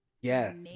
Yes